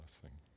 blessing